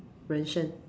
人生: ren sheng